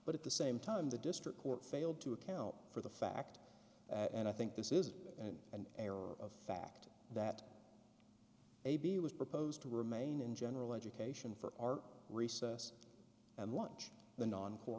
but at the same time the district court failed to account for the fact and i think this is an error of fact that a b was proposed to remain in general education for our recess and lunch the non